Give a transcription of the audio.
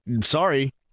sorry